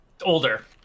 Older